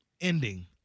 ending